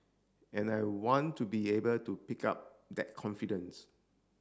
and I want to be able to pick up that confidence